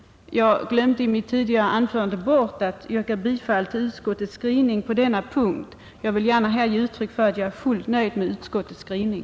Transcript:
Jag glömde i mitt tidigare anförande att yrka bifall till utskottets skrivning på denna punkt. Jag vill gärna här ge uttryck för att jag är fullt nöjd med utskottets skrivning.